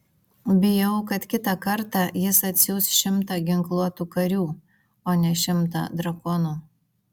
bijau kad kitą kartą jis atsiųs šimtą ginkluotų karių o ne šimtą drakonų